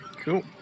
Cool